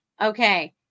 Okay